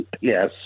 Yes